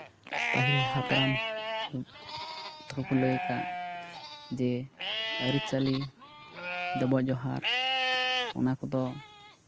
ᱯᱟᱹᱦᱤᱞ ᱦᱟᱯᱲᱟᱢ ᱛᱟᱠᱚ ᱠᱚ ᱞᱟᱹᱭᱟᱠᱟᱜ ᱡᱮ ᱟᱹᱨᱤᱪᱟᱹᱞᱤ ᱰᱚᱵᱚᱜ ᱡᱚᱦᱟᱨ ᱚᱱᱟ ᱠᱚᱫᱚ